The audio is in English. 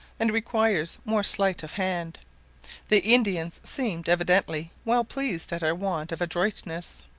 and requires more sleight of hand the indians seemed evidently well pleased at our want of adroitness.